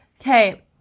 Okay